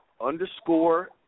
underscore